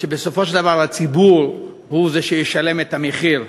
שבסופו של דבר הציבור הוא זה שישלם את המחיר.